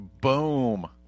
Boom